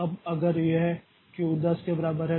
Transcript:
अब अगर यह q 10 के बराबर है